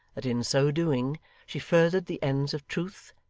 that in so doing she furthered the ends of truth,